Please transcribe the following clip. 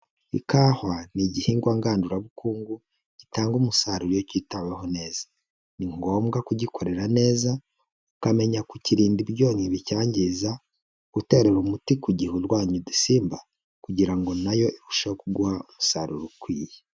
Ikawa ni igihingwa ngandurabukungu gitanga umusaruro iyo cyitaweho neza. Ni ngombwa kugikorera neza, ukamenya kukirinda ibyonnyi bicyangiza, guterera umuti ku gihe urwanya udusimba kugira ngo na yo irusheho kuguha umusaruro ukwiye.